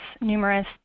numerous